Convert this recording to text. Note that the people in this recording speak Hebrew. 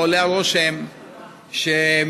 עולה הרושם שמשרדך,